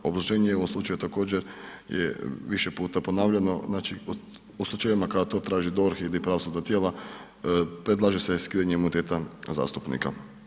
Obrazloženje je u ovom slučaju također je više puta ponavljano, znači u slučajevima kada to traži DORH ili pravosudna tijela, predlaže se skidanje imuniteta zastupnika.